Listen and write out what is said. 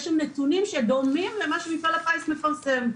יש שם נתונים שדומים למה שמפעל הפיס מפרסם.